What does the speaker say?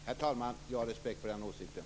Herr talman! Jag har respekt för den åsikten.